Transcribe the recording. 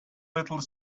little